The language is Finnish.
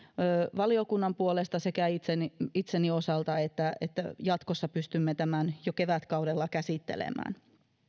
valiokunnan puolesta sekä itseni itseni osalta että että jatkossa pystymme tämän jo kevätkaudella käsittelemään